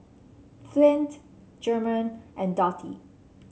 Flint German and Dottie